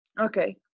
Okay